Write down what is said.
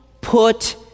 put